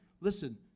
listen